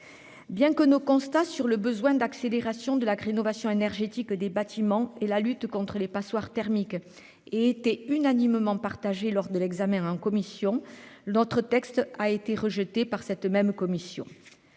Bien que nos constats sur le besoin d'accélération de la qu'rénovation énergétique des bâtiments et la lutte contre les passoires thermiques et était unanimement partagé, lors de l'examen en commission l'autre texte a été rejetée par cette même commission.